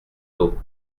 dos